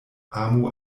amu